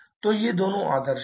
तो ये दोनों आदर्श हैं